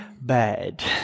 bad